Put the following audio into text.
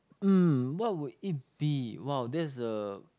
mm what would it be !wow! that's a